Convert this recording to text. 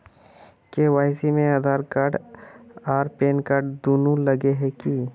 KYC में Aadhaar card आर pan card दुनू लगे है की?